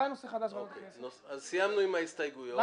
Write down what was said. נמנעים אין ההצעה לפתוח את הדיון מחדש לדיון בכל ההסתייגויות לא